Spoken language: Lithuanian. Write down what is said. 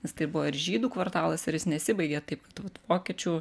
nes tai buvo ir žydų kvartalas ir jis nesibaigė taip kad vat vokiečių